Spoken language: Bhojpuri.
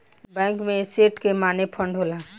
बैंक में एसेट के माने फंड होला